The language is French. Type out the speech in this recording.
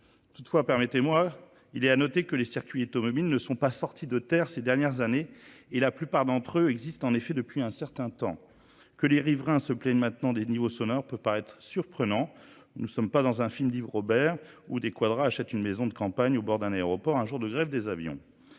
Toutefois, permettez-moi, il est à noter que les circuits automobiles ne sont pas sortis de terre ces dernières années et la plupart d'entre eux existent en effet depuis un certain temps. Que les riverains se plaignent maintenant des niveaux sonores peut paraître surprenant. Nous ne sommes pas dans un film d'Yves Robert où des quadrats achètent une maison de campagne au bord d'un aéroport un jour de grève des avions.